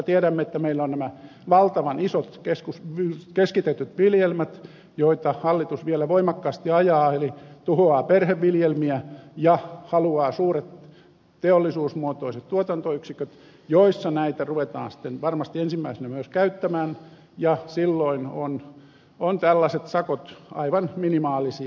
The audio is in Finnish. tiedämme että meillä on nämä valtavat keskitetyt viljelmät joita hallitus vielä voimakkaasti ajaa eli tuhoaa perheviljelmiä ja haluaa suuret teollisuusmuotoiset tuotantoyksiköt joissa näitä ruvetaan sitten varmasti ensimmäisenä myös käyttämään ja silloin ovat tällaiset sakot aivan minimaalisia